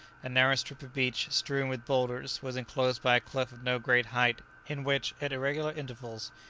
a narrow strip of beach, strewn with boulders, was enclosed by a cliff of no great height, in which, at irregular intervals,